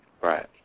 Right